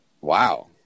Wow